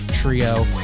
trio